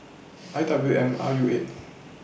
I W M R U eight